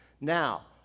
Now